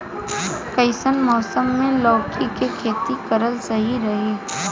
कइसन मौसम मे लौकी के खेती करल सही रही?